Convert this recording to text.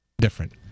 Different